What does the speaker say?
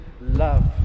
love